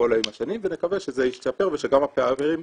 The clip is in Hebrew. ועולה עם השנים ונקווה שזה ישתפר ושגם הפערים יקטנו.